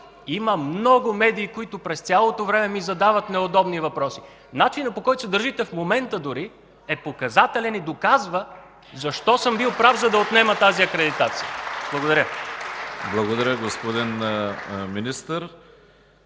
Има много медии, които през цялото време ми задават неудобни въпроси. Начинът, по който се държите в момента дори, е показателен и доказва защо съм бил прав, за да отнема тази акредитация. (Бурни ръкопляскания от